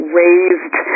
raised